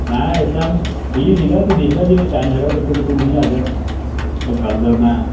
ਮੈਂ ਇਸ time free ਸੀਗਾ ਤੂੰ ਦੇਖ ਲੈ ਜੇ ਟਾਈਮ ਹੈਗਾ ਤੇਰੇ ਕੋਲ ਤਾਂ ਤੂੰ ਹੁਣੀ ਆ ਜਾ ਕੱਲ੍ਹ ਮੈਂ